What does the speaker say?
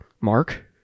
Mark